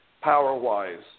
power-wise